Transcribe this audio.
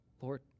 Lord